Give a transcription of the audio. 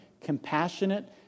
compassionate